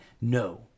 No